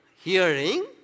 hearing